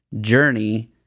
journey